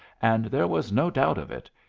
and there was no doubt of it.